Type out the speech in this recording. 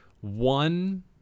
one